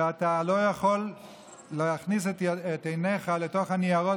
ואתה לא יכול להכניס את עיניך לתוך הניירות